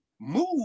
move